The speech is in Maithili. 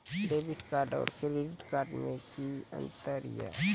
डेबिट कार्ड और क्रेडिट कार्ड मे कि अंतर या?